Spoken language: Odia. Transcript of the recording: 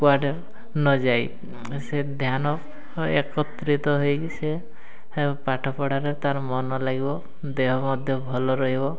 କୁଆଡ଼େ ନଯାଇ ସେ ଧ୍ୟାନ ଏକତ୍ରିତ ହେଇକି ସେ ପାଠପଢ଼ାରେ ତା'ର ମନ ଲାଗିବ ଦେହ ମଧ୍ୟ ଭଲ ରହିବ